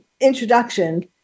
introduction